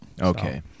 Okay